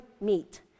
meet